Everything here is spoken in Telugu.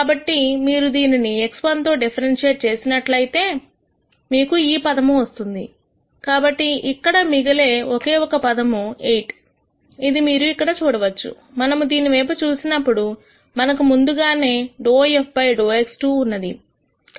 కాబట్టి మీరు దీనిని x1 తో డిఫ్రెన్షియేట్ చేసినట్లయితే మీకు ఈ పదము వస్తుంది కాబట్టి ఇక్కడ మిగిలే ఒకే ఒక పదము 8 ఇది మీరు ఇక్కడ చూడవచ్చు మనము దీని వైపు చూసినప్పుడు మనకు ముందుగానే ∂f ∂x2 ఉన్నది